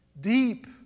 Deep